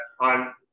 on